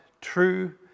true